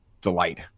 delight